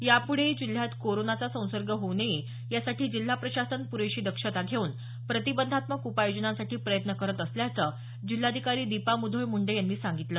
याप्ढेही जिल्ह्यात कोरोनाचा संसर्ग होऊ नये यासाठी जिल्हा प्रशासन प्रेशी दक्षता घेऊन प्रतिबंधात्मक उपाययोजनांसाठी प्रयत्न करत असल्याचं जिल्हाधिकारी दीपा मुधोळ मुंडे यांनी सांगितलं